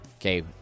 okay